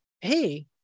hey